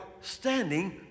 standing